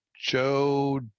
Joe